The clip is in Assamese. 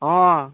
অঁ